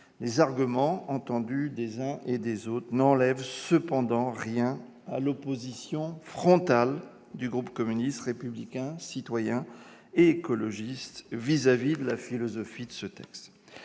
Les arguments développés par les uns et les autres n'enlèvent cependant rien à l'opposition frontale du groupe communiste, républicain, citoyen et écologiste à la philosophie de ce texte.